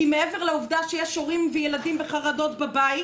כי מעבר לעובדה שיש הורים וילדים בחרדות בבית,